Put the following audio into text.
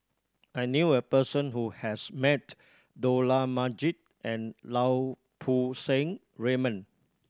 I knew a person who has met Dollah Majid and Lau Poo Seng Raymond